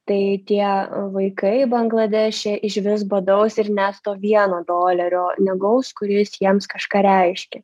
tai tie vaikai bangladeše išvis badaus ir net to vieno dolerio negaus kuris jiems kažką reiškia